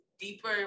deeper